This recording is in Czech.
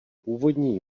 původní